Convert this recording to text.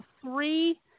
three